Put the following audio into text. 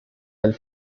del